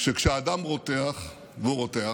שכשהדם רותח, והוא רותח,